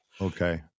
Okay